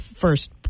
first